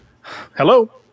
Hello